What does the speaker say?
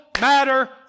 matter